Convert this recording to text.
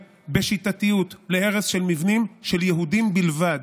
בשיטתיות להרס של מבנים של יהודים בלבד,